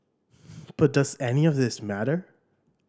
but does any of this matter